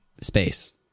space